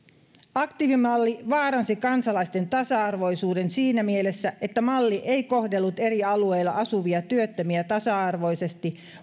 aktiivimalli vaaransi kansalaisten tasa arvoisuuden siinä mielessä että malli ei kohdellut eri alueilla asuvia työttömiä tasa arvoisesti